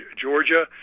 Georgia